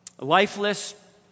lifeless